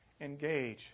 engage